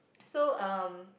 so um